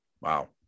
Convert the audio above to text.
Wow